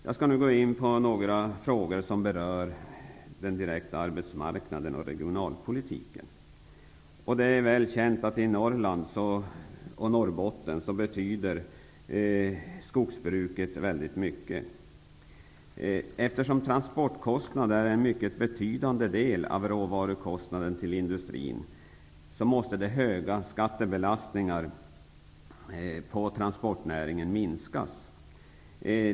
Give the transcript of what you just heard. Jag skall gå in på några frågor som berör den direkta arbetsmarknads och regionalpolitiken. Det är väl känt att skogsbruket betyder mycket i Norrland. Eftersom transportkostnaderna utgör en mycket betydande del av råvarukostnaderna för industrin, måste de höga skattebelastningarna på transportnäringen minskas.